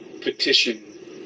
petition